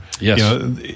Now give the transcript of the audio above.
Yes